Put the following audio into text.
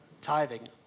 tithing